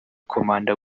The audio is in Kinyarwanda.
komanda